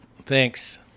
thanks